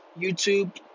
YouTube